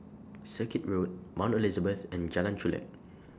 Circuit Road Mount Elizabeth and Jalan Chulek